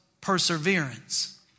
perseverance